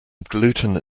gluten